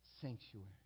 sanctuary